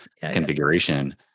configuration